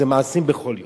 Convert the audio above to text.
זה מעשים בכל יום.